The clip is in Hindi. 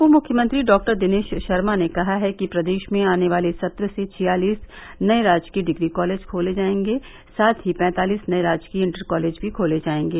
उप मुख्यमंत्री डॉक्टर दिनेश शर्मा ने कहा है कि प्रदेश में आने वाले सत्र् से छियालिस नए राजकीय डिग्री खोल दिए जायेंगे साथ ही पैंतालिस नए राजकीय इंटर कॉलेज भी खोले जायेंगे